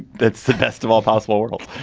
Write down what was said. that's the best of all possible worlds.